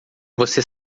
você